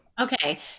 Okay